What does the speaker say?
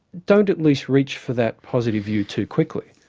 don't at least reach for that positive view too quickly.